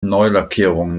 neulackierung